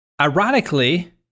ironically